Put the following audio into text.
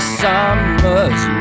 summer's